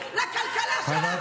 לכלכלה שלה,